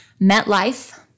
MetLife